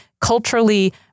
culturally